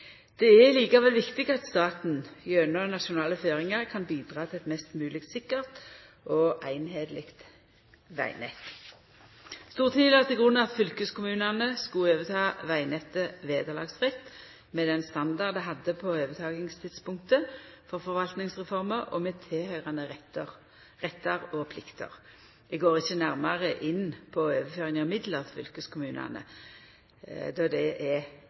Det er likevel viktig at staten gjennom nasjonale føringar kan bidra til eit mest mogleg sikkert og einskapleg vegnett. Stortinget la til grunn at fylkeskommunane skulle overta vegnettet vederlagsfritt, med den standard det hadde på ovetakingstidspunktet for forvaltningsreforma, og med tilhøyrande rettar og plikter. Eg går ikkje nærare inn på overføringa av midlar til fylkeskommunane, da det er